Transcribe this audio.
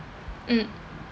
mm